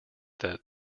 that